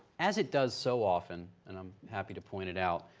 as it does so often, and i'm happy to point it out,